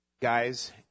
guys